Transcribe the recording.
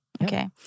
Okay